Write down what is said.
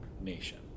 nation